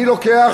אני לוקח,